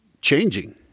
changing